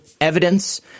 evidence